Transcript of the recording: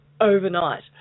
overnight